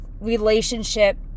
relationship